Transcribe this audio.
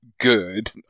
good